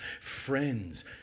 friends